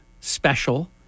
special